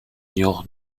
niort